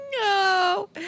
No